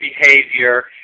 behavior